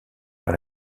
par